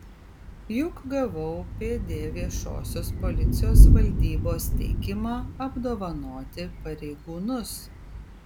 juk gavau pd viešosios policijos valdybos teikimą apdovanoti pareigūnus